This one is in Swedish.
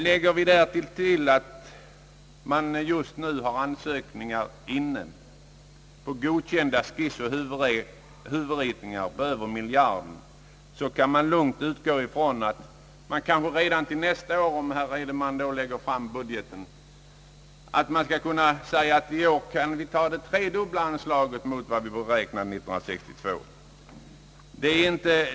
Lägger vi därtill att man just nu har ansökningar inne för godkända skissoch huvudritningar på över miljarden kan man lugnt utgå ifrån att herr Edenman redan nästa år, om han då framlägger budgeten, kap säga, att han föreslår det tredubbla anslaget mot vad man beräknade 1962.